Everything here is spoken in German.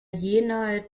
jenaer